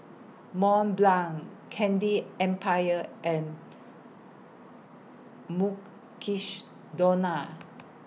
Mont Blanc Candy Empire and Mukshidonna